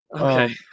Okay